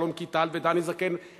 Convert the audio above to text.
שלום קיטל ודני זקן,